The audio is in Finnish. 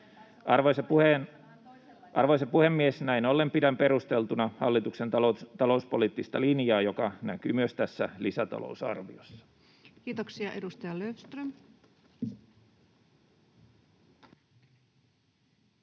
Arvoisa puhemies! Näin ollen pidän perusteltuna hallituksen talouspoliittista linjaa, joka näkyy myös tässä lisätalousarviossa. [Speech 25] Speaker: